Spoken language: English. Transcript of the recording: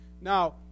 Now